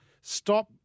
Stop